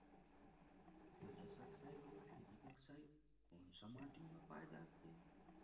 Ferrous oxide व ferric oxide कोन सा माटी म पाय जाथे?